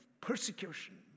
persecution